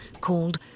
called